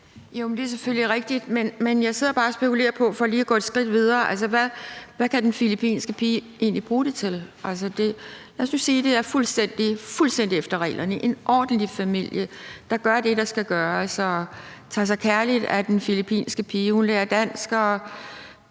Det er selvfølgelig rigtigt, men jeg sidder bare og spekulerer på, for lige at gå et skridt videre, hvad den filippinske pige egentlig kan bruge det til. Altså, lad os nu sige, at det er fuldstændig efter reglerne, dvs. en ordentlig familie, der gør det, der skal gøres, og tager sig kærligt af den filippinske pige. Hun lærer dansk og